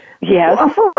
Yes